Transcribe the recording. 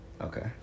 Okay